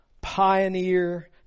pioneer